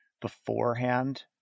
beforehand